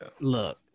look